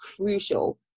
crucial